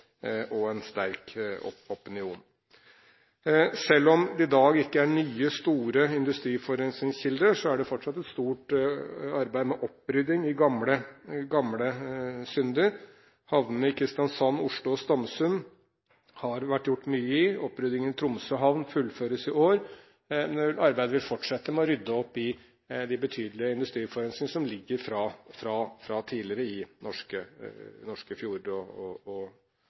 en sterk opinion. Selv om det i dag ikke er nye, store industriforurensningskilder, er det fortsatt et stort arbeid med opprydding i gamle synder. I havnene i Kristiansand, Oslo og Stamsund har det vært gjort mye. Oppryddingen i Tromsø havn fullføres i år. Men arbeidet med å rydde opp i de betydelige industriforurensninger som ligger fra tidligere i norske fjorder og langs kysten ellers, vil fortsette. Så er lakselus og rømming fra oppdrettsnæringen vesentlige påvirkningsfaktorer og